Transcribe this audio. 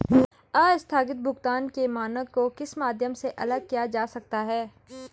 आस्थगित भुगतान के मानक को किस माध्यम से अलग किया जा सकता है?